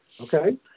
okay